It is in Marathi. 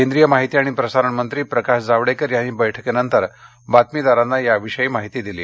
केंद्रीय माहिती आणि प्रसारण मंत्री प्रकाश जावडेकर यांनी बैठकीनंतर बातमीदारांना याविषयी माहिती दिली